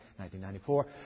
1994